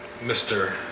Mr